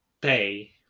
pay